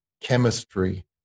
chemistry